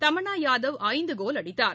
தமனா யாதவ் ஐந்து கோல் அடித்தார்